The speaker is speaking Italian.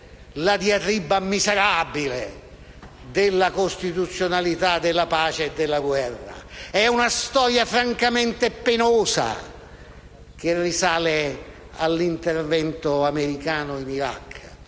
la diatriba miserabile della costituzionalità della pace e della guerra, una storia francamente penosa che risale all'intervento americano in Iraq.